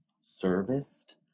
serviced